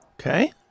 Okay